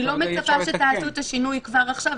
אני לא מצפה שתעשו את השינוי כבר עכשיו,